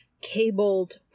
cabled